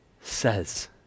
says